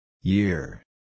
Year